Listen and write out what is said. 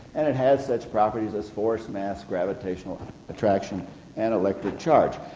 and it has such properties as force, mass, gravitational attraction and electric charge.